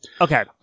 Okay